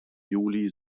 juli